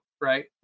right